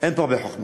אין פה הרבה חוכמות.